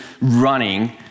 running